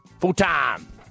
Full-time